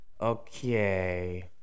Okay